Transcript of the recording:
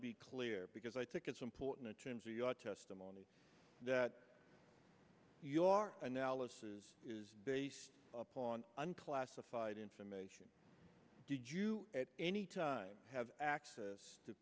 be clear because i think it's important in terms of your testimony that your analysis is based on classified information did you at any time have access to